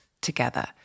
together